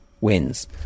wins